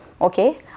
okay